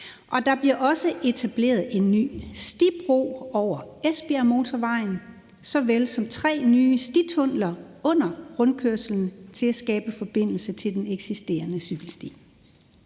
Der bliver også etableret en ny stibro over Esbjergmotorvejen såvel som tre nye stitunneller under rundkørslen til at skabe forbindelse til den eksisterende cykelsti.